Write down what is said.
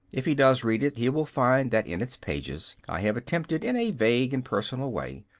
if he does read it, he will find that in its pages i have attempted in a vague and personal way,